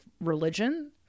religion